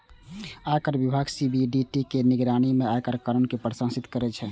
आयकर विभाग सी.बी.डी.टी के निगरानी मे आयकर कानून कें प्रशासित करै छै